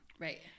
Right